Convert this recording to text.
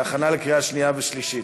להכנה לקריאה שנייה ושלישית.